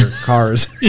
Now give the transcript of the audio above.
cars